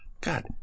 God